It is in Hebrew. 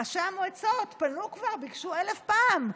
ראשי המועצות פנו כבר, ביקשו אלף פעם.